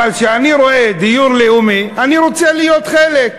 כשאני רואה דיור לאומי, אני רוצה להיות חלק.